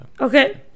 Okay